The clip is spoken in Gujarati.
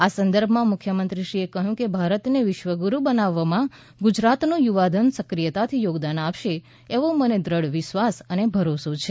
આ સંદર્ભમાં મુખ્યમંત્રીશ્રીએ કહ્યું કે ભારતને વિશ્વગુરૃ બનાવવામાં ગુજરાતનું યુવાધન સક્રિયતાથી યોગદાન આપશે એવો મને દ્રઢ વિશ્વાસ અને ભરોસો છે